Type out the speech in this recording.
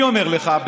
אני אומר לך,